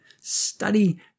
study